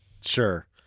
Sure